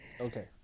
Okay